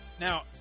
Now